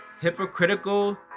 Hypocritical